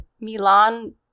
Milan